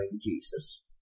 Jesus